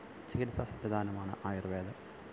ചികിത്സാസംവിധാനമാണ് ആയുര്വേദം